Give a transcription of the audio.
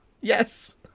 Yes